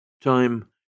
Time